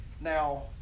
Now